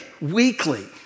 weekly